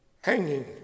hanging